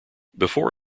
before